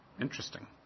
Interesting